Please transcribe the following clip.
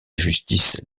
justice